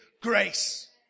grace